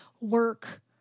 work